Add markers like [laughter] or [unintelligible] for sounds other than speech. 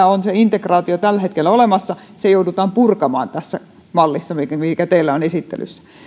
[unintelligible] on tällä hetkellä olemassa joudutaan purkamaan tässä mallissa mikä teillä on esittelyssä